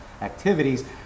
activities